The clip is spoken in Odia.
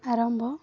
ଆରମ୍ଭ